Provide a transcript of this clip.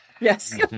Yes